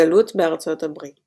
הגלות בארצות הברית